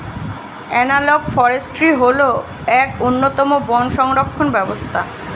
analogue forestry হল এক অন্যতম বন সংরক্ষণ ব্যবস্থা